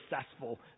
successful